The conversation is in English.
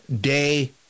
day